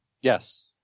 Yes